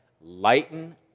lighten